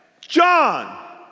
John